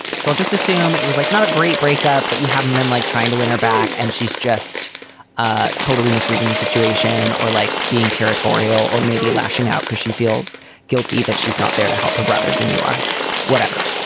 so i'll just assume it was like not a great breakup. but you haven't been like trying to win her back. and she's just ah totally misreading the situation or like being territorial or maybe lashing out because she feels guilty that she's not there to help her brothers. and you are whatever.